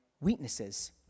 weaknesses